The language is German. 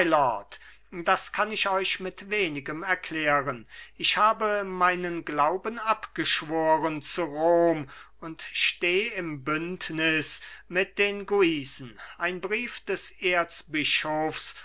das kann ich euch mit wenigem erklären ich habe meinen glauben abgeschworen zu rom und steh im bündnis mit den guisen ein brief des erzbischofs